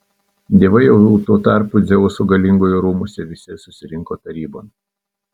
dievai jau tuo tarpu dzeuso galingojo rūmuose visi susirinko tarybon